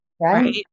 Right